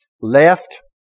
left